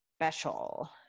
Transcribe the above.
special